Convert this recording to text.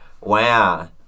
wow